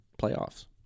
Playoffs